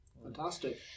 Fantastic